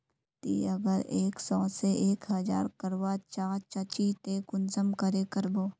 ती अगर एक सो से एक हजार करवा चाँ चची ते कुंसम करे करबो?